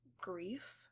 grief